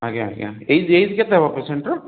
ଆଜ୍ଞା ଆଜ୍ଞା age age କେତେ ହେବ ପେସେଣ୍ଟର